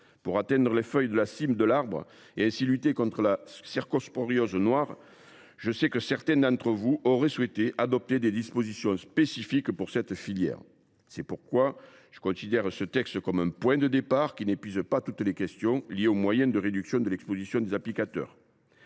pour atteindre les feuilles de la cime de l’arbre et ainsi lutter contre la cercosporiose noire. Je sais que certains d’entre vous auraient souhaité adopter des dispositions spécifiques. Pour cette raison, je considère ce texte comme un point de départ : il n’épuise pas le sujet de la réduction de l’exposition des applicateurs.